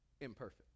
imperfect